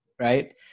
right